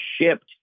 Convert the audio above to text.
shipped